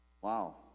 Wow